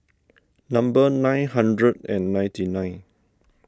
number nine hundred and ninety nine